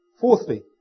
Fourthly